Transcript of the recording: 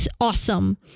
awesome